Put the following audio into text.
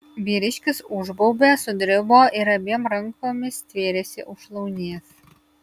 vyriškis užbaubė sudribo ir abiem rankomis stvėrėsi už šlaunies